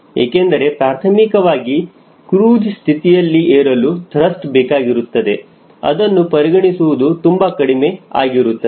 ಏಕೆಂದರೆ ಪ್ರಾಥಮಿಕವಾಗಿ ಕ್ರೂಜ್ ಸ್ಥಿತಿಯಲ್ಲಿ ಏರಲು ತ್ರಸ್ಟ್ ಬೇಕಾಗಿರುತ್ತದೆ ಅದನ್ನು ಪರಿಗಣಿಸುವುದು ತುಂಬಾ ಕಡಿಮೆ ಆಗಿರುತ್ತದೆ